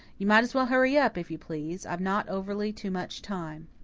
you might as well hurry up, if you please, i've not overly too much time.